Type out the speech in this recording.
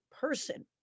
person